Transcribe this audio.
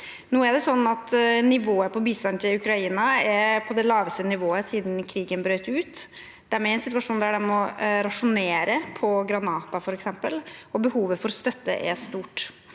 Ukraina. Bistanden til Ukraina er nå på det laveste nivået siden krigen brøt ut. De er i en situasjon der de må rasjonere på f.eks. granater, og behovet for støtte er stort.